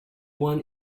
one